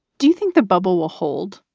do you think the bubble will hold?